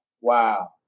Wow